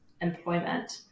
employment